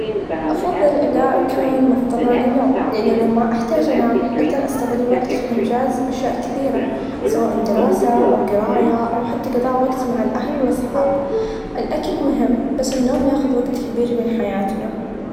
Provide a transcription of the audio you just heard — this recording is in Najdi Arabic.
أفظل ألا أكون مضطره للنوم لإن لو ما أحتاچ أنام أقدر أستغل الوقت في إنچاز أشياء كثيره سواء الدراسه أو القرايا أو حتى قظاع الوقت مع الأهل و الأصحاب الأكل مهم بس النوم ياخذ وقت كبير من حياتنا.